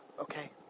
okay